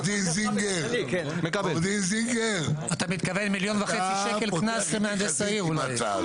עורך דין זינגר אתה פותח איתי חזית עם ההצעה הזאת.